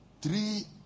Three